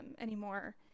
anymore